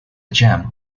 jam